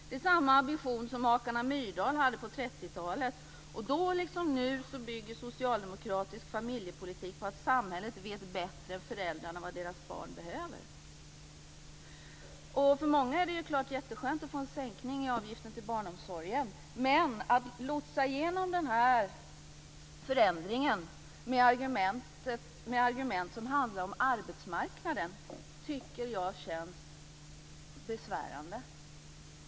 Det är samma ambition som makarna Myrdal hade på 30-talet. Då liksom nu bygger socialdemokratisk familjepolitik på att samhället vet bättre än föräldrarna vad deras barn behöver. För många är det klart jätteskönt att få en sänkning i avgifterna till barnomsorgen, men att lotsa igenom den förändringen med argument som handlar om arbetsmarknaden tycker jag känns besvärande.